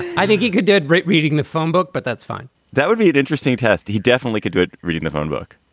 i think he could. did great reading the phone book. but that's fine that would be an interesting test. he definitely could do it reading the phone book.